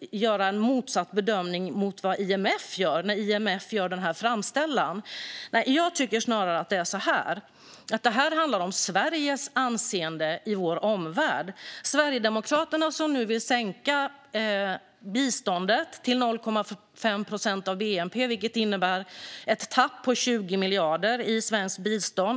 göra en helt motsatt bedömning mot vad IMF gör när IMF gör denna framställan. Jag tycker snarare att detta handlar om Sveriges anseende i vår omvärld. Sverigedemokraterna vill nu sänka biståndet till 0,5 procent av bnp, vilket innebär ett tapp på 20 miljarder kronor i svenskt bistånd.